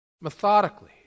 methodically